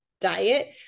diet